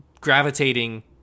gravitating